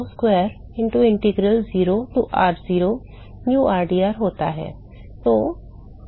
याद रखें कि 2 by r0 square into integral 0 to r0 u rdr होता है